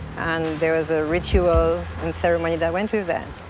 and there was a ritual ceremony that went through that.